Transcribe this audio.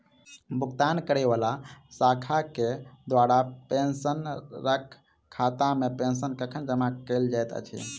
भुगतान करै वला शाखा केँ द्वारा पेंशनरक खातामे पेंशन कखन जमा कैल जाइत अछि